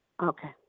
Okay